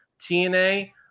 TNA